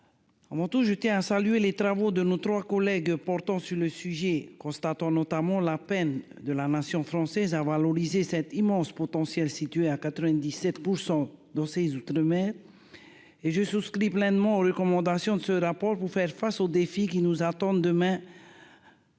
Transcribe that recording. manteau jeté un salué les travaux de nos 3 collègues portant sur le sujet, constatant notamment la peine de la nation française à valoriser cet immense potentiel situé à 97 % dans ses outre-mer et je souscris pleinement aux recommandations de ce rapport pour faire face aux défis qui nous attendent demain. Mon maritime